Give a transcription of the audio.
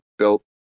Built